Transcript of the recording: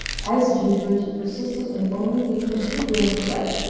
as usual, she persisted in only picking a few grains of rice,